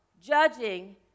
judging